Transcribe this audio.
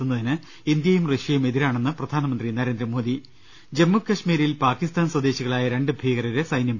ത്തുന്നതിന് ഇന്ത്യയും റഷ്യയും എതിരാണെന്ന് പ്രധാനമ്യന്ത്രി നരേന്ദ്രമോദി ജമ്മു കശ്മീരിൽ പാകിസ്ഥാൻ സ്വദേശികളായ രണ്ട് ഭീകരരെ സൈന്യം